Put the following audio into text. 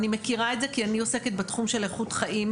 אני מכירה את זה כי אני עוסקת בתחום של איכות חיים,